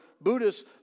Buddhists